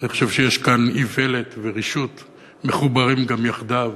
אני חושב שיש כאן איוולת ורשעות מחוברות יחדיו.